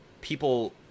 people